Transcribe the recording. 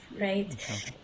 Right